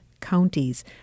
counties